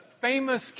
famous